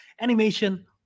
Animation